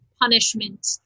punishment